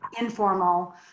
informal